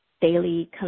daily